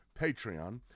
Patreon